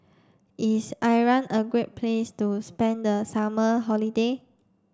is Iran a great place to spend the summer holiday